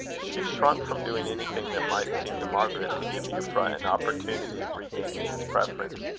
she shrunk from doing anything that might seem to margaret to give euphra an opportunity of regaining his preference.